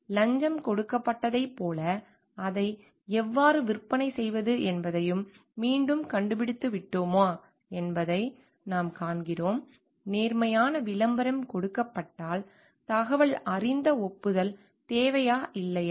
எனவே லஞ்சம் கொடுக்கப்பட்டதைப் போல அதை எவ்வாறு விற்பனை செய்வது என்பதை மீண்டும் கண்டுபிடித்துவிட்டோமா என்பதை நாம் காண்கிறோம் நேர்மையான விளம்பரம் கொடுக்கப்பட்டால் தகவலறிந்த ஒப்புதல் தேவையா இல்லையா